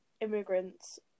immigrants